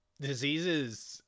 diseases